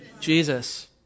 Jesus